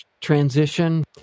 transition